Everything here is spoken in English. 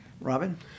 Robin